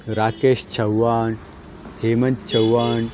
Rakesh Chavan Hemant Chavan